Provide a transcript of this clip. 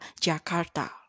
Jakarta